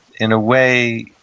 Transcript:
in a way,